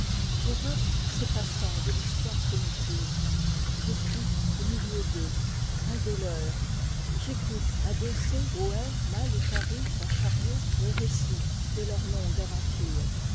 j'évoque ces passants de l'histoire primitive je suis au milieu d'eux un des leurs j'écoute adossé aux ais mal équarris d'un chariot le récit de leur longue aventure